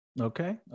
okay